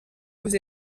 vous